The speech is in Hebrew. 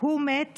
הוא מת